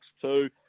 two